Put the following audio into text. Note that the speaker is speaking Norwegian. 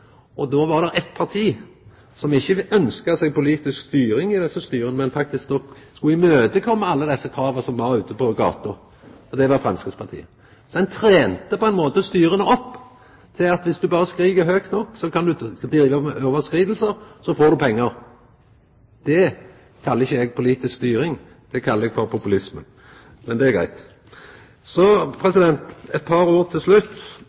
tilleggsløyvingar. Då var det eitt parti som ikkje ønskte seg politisk styring i desse styra, men som faktisk skulle koma i møte alle desse krava som var «ute på gata» – og det var Framstegspartiet. Ein trena på ein måte styra opp til at om dei berre skreik høgt nok om overskridingar, så fekk dei pengar. Det kallar eg ikkje politisk styring, det kallar eg populisme. Men det er greitt. Så eit par ord til slutt.